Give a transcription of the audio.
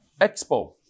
Expo